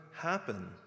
Happen